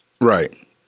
Right